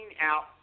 out